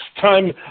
time